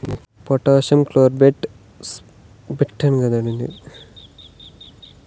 potassium chloride, potassium sulphate, potassium carbonate వీటిని నీటిలో కరిగించడం ద్వారా పంటలకు ఏస్తారు